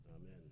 amen